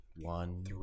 one